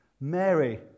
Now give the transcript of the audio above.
Mary